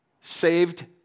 saved